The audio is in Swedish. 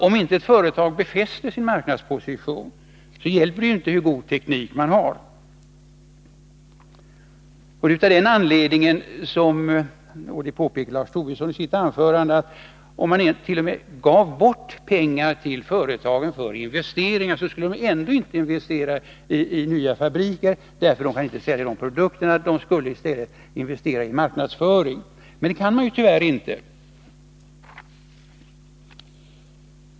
Om ett företag inte befäster sin marknadsposition, hjälper det ju inte hur god teknik det har. Det är av den anledningen — det påpekade Lars Tobisson i sitt anförande - som företag t.o.m. förklarade att om man så gav bort pengar till dem för investeringar skulle de ändå inte investera i nya fabriker. De kan inte sälja produkterna. I stället skulle de vilja investera i marknadsföring. Men det får de tyvärr inte.